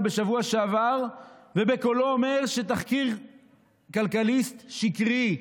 בשבוע שעבר ובקולו אומר שתחקיר כלכליסט שקרי.